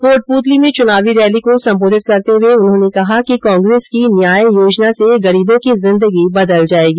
कोटपूतली में चुनावी रैली को संबोधित करते हुए उन्होंने कहा कि कांग्रेस की न्याय योजना से गरीबों की जिदंगी बदल जायेगी